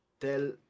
tell